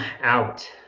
out